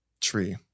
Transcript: tree